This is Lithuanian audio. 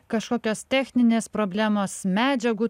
kažkokios techninės problemos medžiagų